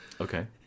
Okay